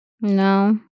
No